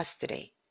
custody